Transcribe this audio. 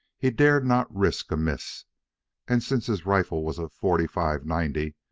he dared not risk a miss and, since his rifle was a forty five ninety,